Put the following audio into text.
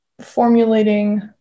formulating